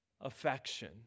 affection